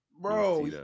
Bro